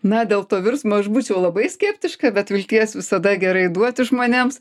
na dėl to virsmo aš būčiau labai skeptiška bet vilties visada gerai duoti žmonėms